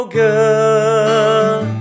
good